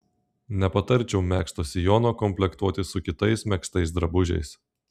nepatarčiau megzto sijono komplektuoti su kitais megztais drabužiais